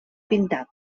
pintat